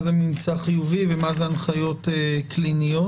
זה ממצא חיובי ומה זה הנחיות קליניות.